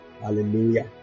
Hallelujah